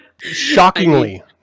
shockingly